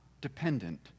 dependent